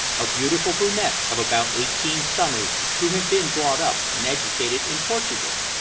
a beautiful brunette of about eighteen summers, who had been brought up and educated in portugal.